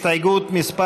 הסתייגות מס'